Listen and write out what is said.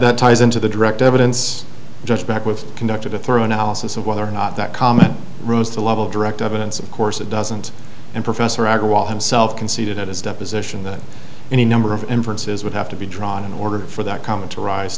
that ties into the direct evidence just back with conducted a thorough analysis of whether or not that common rose to level direct evidence of course it doesn't and professor agha wall himself conceded at his deposition that any number of inferences would have to be drawn in order for that comment to rise